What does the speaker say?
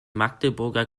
magdeburger